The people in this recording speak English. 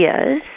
ideas